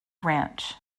ranch